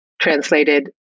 translated